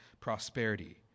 prosperity